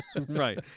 Right